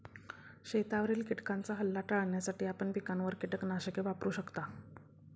शेतावरील किटकांचा हल्ला टाळण्यासाठी आपण पिकांवर कीटकनाशके वापरू शकता